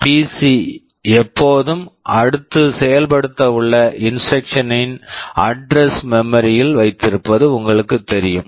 PC PC எப்போதும் அடுத்து செயல்படுத்த உள்ள இன்ஸ்டரக்க்ஷன் instruction இன் அட்ரஸ் address -ஐ மெமரி memory ல் வைத்திருப்பது உங்களுக்குத் தெரியும்